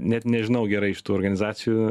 net nežinau gerai iš tų organizacijų